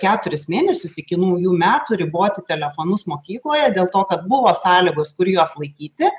keturis mėnesius iki naujų metų riboti telefonus mokykloje dėl to kad buvo sąlygos kur juos laikyti